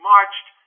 Marched